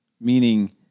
meaning